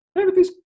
everything's